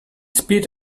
speech